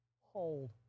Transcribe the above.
Hold